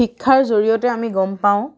শিক্ষাৰ জৰিয়তে আমি গম পাওঁ